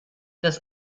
das